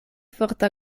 forta